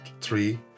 three